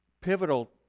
pivotal